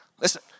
Listen